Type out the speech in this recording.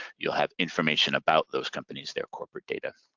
you'll have information about those companies, their corporate data.